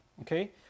Okay